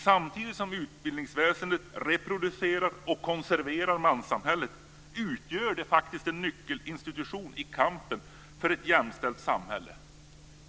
Samtidigt som utbildningsväsendet reproducerar och konserverar manssamhället utgör det faktiskt en nyckelinstitution i kampen för ett jämställt samhälle.